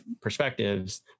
perspectives